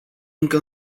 încă